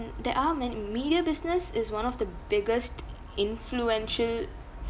there are many media business is one of the biggest influential